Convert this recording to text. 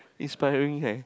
inspiring eh